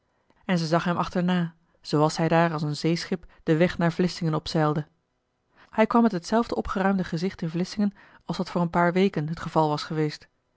en ze zag hem achterna zooals hij daar als een zeeschip den weg naar vlissingen opzeilde hij kwam met hetzelfde opgeruimde gezicht in vlissingen als dat voor een paar weken het geval was geweest